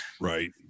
Right